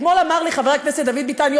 אתמול אמר לי חבר הכנסת דוד ביטן,